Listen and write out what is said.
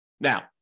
Now